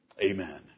amen